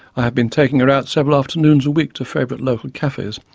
i have been taking her out several afternoons a week to favourite local cafes,